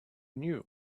knew